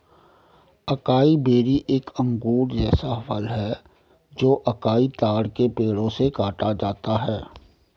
acai berry एक अंगूर जैसा फल है जो अकाई ताड़ के पेड़ों से काटा जाता है